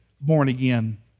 born-again